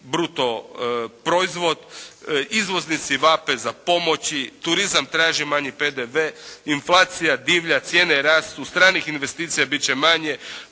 brutoproizvod. Izvoznici vape za pomoći, turizam traži manji PDV, inflacija divlja, cijene rastu, stranih investicija biti će manje,